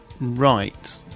right